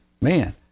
man